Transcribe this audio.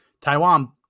Taiwan